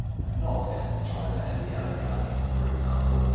and not, as in china and the alleghanies for example,